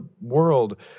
world